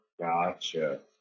gotcha